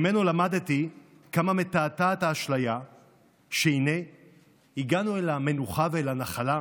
ממנו למדתי כמה מתעתעת האשליה שהינה הגענו אל המנוחה ואל הנחלה,